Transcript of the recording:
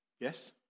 Yes